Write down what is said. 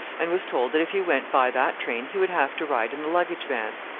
and was told that if he went by that train he would have to ride in the luggage-van.